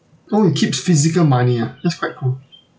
oh you keeps physical money ah that's quite cool